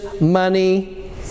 money